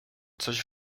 coś